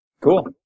Cool